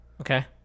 Okay